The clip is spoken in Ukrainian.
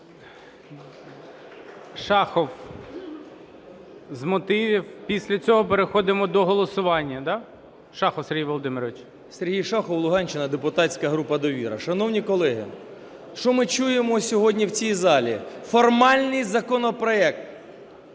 Шахов з мотивів. Після цього переходимо до голосування. Да? Шахов Сергій Володимирович. 11:12:09 ШАХОВ С.В. Сергій Шахов, Луганщина, депутатська група "Довіра". Шановні колеги, що ми чуємо сьогодні в цій залі? Формальний законопроект.